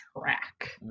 track